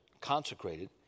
consecrated